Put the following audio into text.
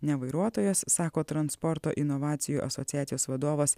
ne vairuotojas sako transporto inovacijų asociacijos vadovas